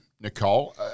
Nicole